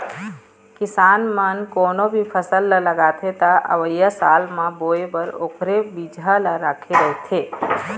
किसान मन कोनो भी फसल ल लगाथे त अवइया साल म बोए बर ओखरे बिजहा राखे रहिथे